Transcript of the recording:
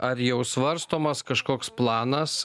ar jau svarstomas kažkoks planas